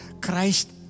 Christ